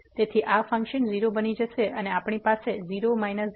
તેથી આ ફંક્શન 0 બની જશે અને આપણી પાસે 0 0x છે